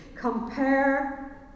Compare